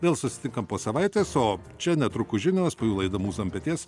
vėl susitinkam po savaitės o čia netrukus žinios po jų laida mūza ant peties